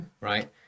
right